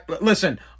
Listen